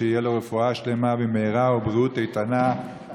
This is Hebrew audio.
שתהיה לו רפואה שלמה במהרה ובריאות איתנה,